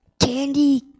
candy